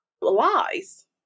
lies